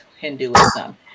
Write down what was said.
Hinduism